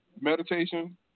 meditation